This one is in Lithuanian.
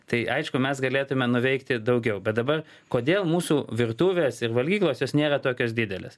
tai aišku mes galėtumė nuveikti daugiau bet dabar kodėl mūsų virtuvės ir valgyklos jos nėra tokios didelės